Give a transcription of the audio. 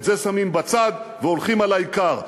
את זה שמים בצד, והולכים על העיקר.